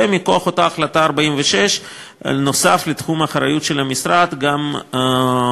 ומכוח אותה החלטה מס' 46 נוספה לתחומי האחריות של המשרד גם האחריות